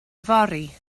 yfory